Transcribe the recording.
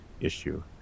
issue